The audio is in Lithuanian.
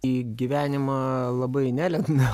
į gyvenimą labai nelendam